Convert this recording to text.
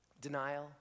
Denial